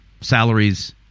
salaries